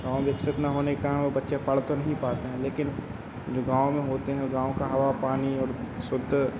गाँव विकसित ना होने के कारण वे बच्चे पढ़ तो नहीं पाते हैं लेकिन जो गाँव में होते हैं वे गाँव की हवा पानी और शुद्ध